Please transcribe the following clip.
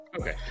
Okay